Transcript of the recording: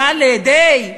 ד', ה'.